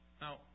Now